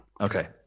Okay